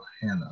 Hannah